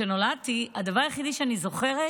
כשנולדתי, הדבר היחיד שאני זוכרת